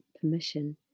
permission